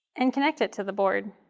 and connect it to the board.